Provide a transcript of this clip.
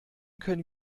können